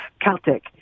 Celtic